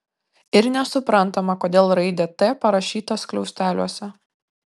ir nesuprantama kodėl raidė t parašyta skliausteliuose